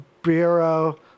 Bureau